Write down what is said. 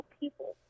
people